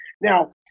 Now